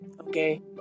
Okay